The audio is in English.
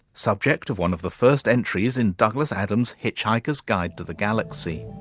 subject of one of the first entries in douglas adams' hitchhikers guide to the galaxy.